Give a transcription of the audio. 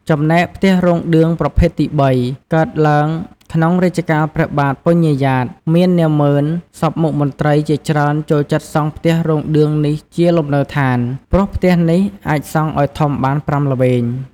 ចំណែក ផ្ទះរោងឌឿងប្រភេទទី៣ កើតឡើងក្នុងរជ្ជកាលព្រះបាទពញាយ៉ាត មាននាម៉ឺន សព្វមុខមន្ត្រីជាច្រើនចូលចិត្តសង់ផ្ទះរោងឌឿងនេះជាលំនៅឋាន ព្រោះផ្ទះនេះអាចសង់ឲ្យធំបាន ៥ល្វែង ។